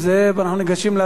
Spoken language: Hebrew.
אנחנו ניגשים להצבעה.